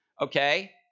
Okay